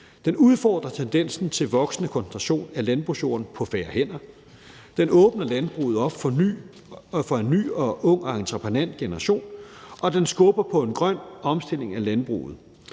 Den udfordrer tendensen til voksende koncentration af landbrugsjorden på færre hænder, den åbner landbruget op for en ny og ung og entreprenant generation, og den skubber på en grøn omstilling af landbruget.